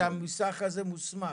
ושהמוסך הזה מוסמך.